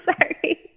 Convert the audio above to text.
sorry